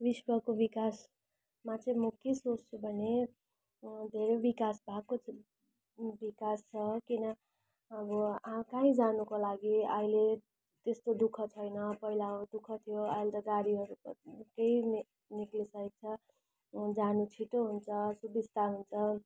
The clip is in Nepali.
विश्वको विकासमा चाहिँ म के सोच्छु भने धेरै विकास भएको छ विकास छ किन अब आ कहीँ जानुको लागि अहिले त्यस्तो दु ख छैन पहिला अब दु ख थियो अहिले त गाडीहरू पनि निकै नै निक्लिसकेछ जानु छिटो हुन्छ सुबिस्ता हुन्छ